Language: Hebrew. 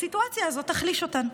הסיטואציה הזאת תחליש אותן.